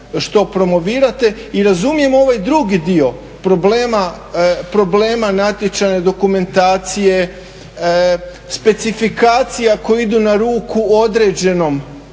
što promovirate. I razumijem ovaj drugi dio problema natječajne dokumentacije, specifikacija koje idu na ruku određenom